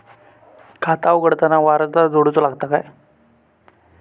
खाता उघडताना वारसदार जोडूचो लागता काय?